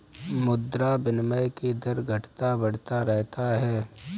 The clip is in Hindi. मुद्रा विनिमय के दर घटता बढ़ता रहता है